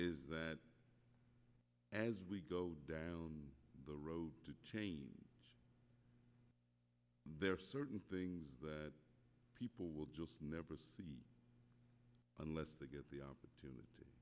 is that as we go down the road there are certain things that people will just never see unless they get the opportunity